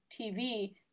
tv